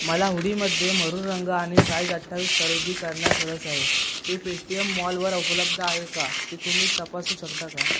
मला हुडीमध्ये मरून रंग आणि साईज अठ्ठावीस खरेदी करण्यास रस आहे ते पेटीएम मॉलवर उपलब्ध आहे का ते तुम्ही तपासू शकता का